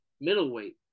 middleweight